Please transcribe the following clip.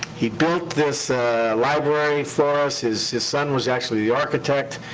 he built this library for us. his son was actually the architect,